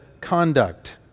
conduct